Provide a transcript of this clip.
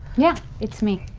yeah, it's me.